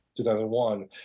2001